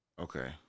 Okay